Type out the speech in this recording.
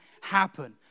happen